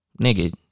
Nigga